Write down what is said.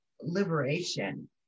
liberation